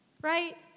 Right